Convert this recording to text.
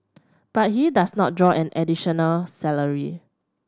but he does not draw an additional salary